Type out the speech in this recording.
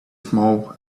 small